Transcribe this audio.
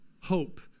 hope